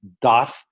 dot